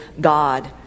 God